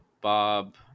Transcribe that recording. Bob